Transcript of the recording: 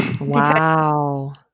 Wow